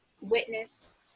witness